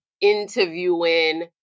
interviewing